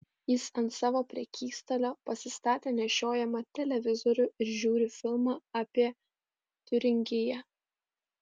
jis ant savo prekystalio pasistatė nešiojamą televizorių ir žiūri filmą apie tiuringiją